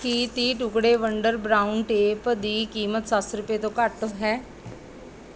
ਕੀ ਤੀਹ ਟੁਕੜੇ wonder brown tape ਦੀ ਕੀਮਤ ਸੱਤ ਸੌ ਰੁਪਏ ਤੋਂ ਘੱਟ ਹੈ